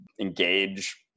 engage